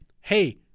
hey